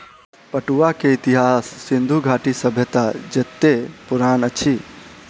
पटुआ के इतिहास सिंधु घाटी सभ्यता जेतै पुरान अछि